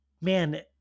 man